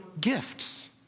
gifts